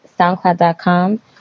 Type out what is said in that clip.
SoundCloud.com